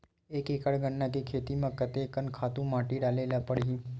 एक एकड़ गन्ना के खेती म कते कन खातु माटी डाले ल पड़ही?